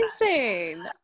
Amazing